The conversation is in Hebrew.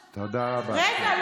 רגע,